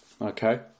Okay